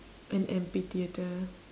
an amphitheatre